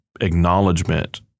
acknowledgement